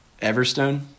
Everstone